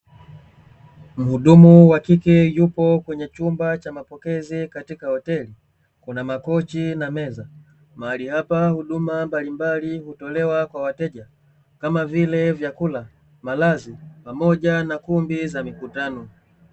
Mhudumu wa kike yupo kwenye chumba cha mapokezi katika hoteli, kuna makochi na meza. Mahali hapa huduma mbalimbali hutolewa kwa wateja kama vile: vyakula, malazi, pamoja na kumbi za mikutano.